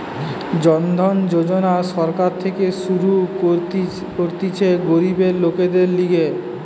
জন ধন যোজনা সরকার থেকে শুরু করতিছে গরিব লোকদের লিগে